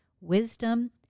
wisdom